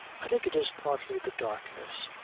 i think it is partly the darkness.